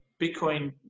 Bitcoin